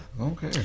Okay